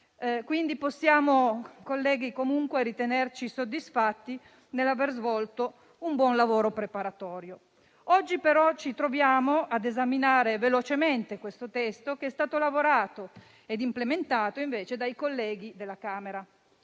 Quindi, colleghi, possiamo comunque ritenerci soddisfatti per aver svolto un buon lavoro preparatorio. Oggi, però, ci troviamo ad esaminare velocemente questo testo, lavorato ed implementato dai colleghi della Camera.